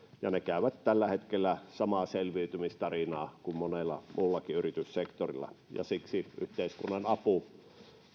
ja ne käyvät tällä hetkellä samaa selviytymistarinaa kuin käydään monella muullakin yrityssektorilla ja siksi yhteiskunnan apu